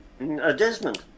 Desmond